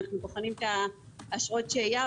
אנו בוחנים את אשרות השהייה.